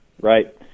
Right